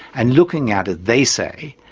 and looking at it, they say,